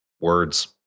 words